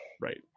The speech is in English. right